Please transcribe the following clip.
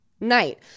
night